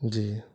جی